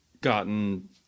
gotten